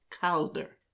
Calder